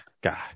god